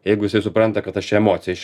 jeigu jisai supranta kad aš čia emociją